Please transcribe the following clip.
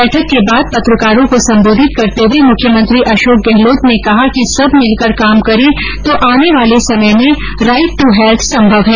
बैठक के बाद पत्रकारों को संबोधित करते हुये मुख्यमंत्री अशोक गहलोत ने कहा कि सब मिलकर काम करें तो आने वाले समय में राईट ट्र हैल्थ संभव है